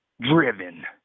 driven